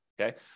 okay